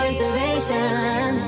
Inspiration